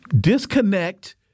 disconnect